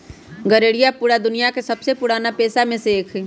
गरेड़िया पूरा दुनिया के सबसे पुराना पेशा में से एक हई